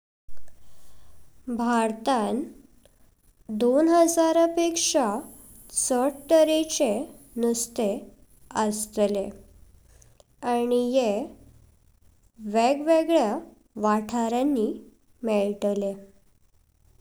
भारतांत दोन हजारां पेक्षा जास्त तारेय्चे नुसते अस्तले आनी येह वेगवेगळ्या वातांरणी मेतले।